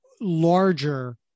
larger